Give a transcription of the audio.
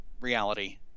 reality